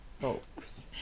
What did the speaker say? folks